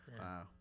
Wow